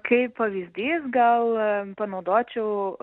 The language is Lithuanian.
kaip pavyzdys gal panaudočiau